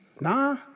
Nah